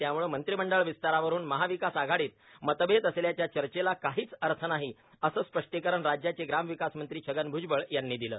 त्यामुळे मंत्रिमंडळ विस्तारावरून महाविकास आघाडीत मतभेद असल्याच्या चर्चेला काहीच अर्थ नाही असे स्पष्टीकरण राज्याचे ग्रामविकास मंत्री छगन भूजबळ यांनी दिले